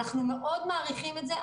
אנחנו מאוד מעריכים את זה,